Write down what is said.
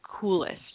coolest